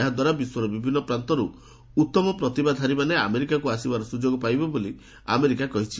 ଏହାଦ୍ୱାରା ବିଶ୍ୱର ବିଭିନ୍ନ ପ୍ରାନ୍ତରୁ ଉତ୍ତମ ପ୍ରତିଭାଧାରୀମାନେ ଆମେରିକାକୁ ଆସିବାର ସୁଯୋଗ ପାଇବେ ବୋଲି ଆମେରିକା କହିଛି